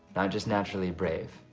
not just naturally brave,